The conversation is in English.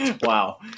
Wow